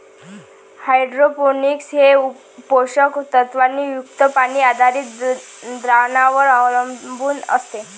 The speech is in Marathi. हायड्रोपोनिक्स हे पोषक तत्वांनी युक्त पाणी आधारित द्रावणांवर अवलंबून असते